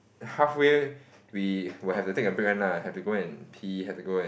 halfway we will have to take a break one lah have to go and pee have to go and